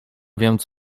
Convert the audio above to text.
więc